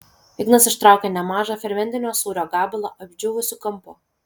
ignas ištraukė nemažą fermentinio sūrio gabalą apdžiūvusiu kampu